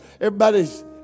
everybody's